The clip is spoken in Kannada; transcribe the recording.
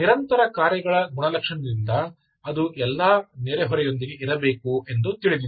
ನಿರಂತರ ಕಾರ್ಯಗಳ ಗುಣಲಕ್ಷಣದಿಂದ ಅದು ಎಲ್ಲಾ ನೆರೆಹೊರೆಯೊಂದಿಗೆ ಇರಬೇಕು ಎಂದು ತಿಳಿದಿದೆ